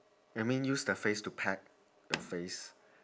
I mean use the face to peck your face